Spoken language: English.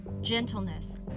gentleness